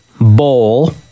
bowl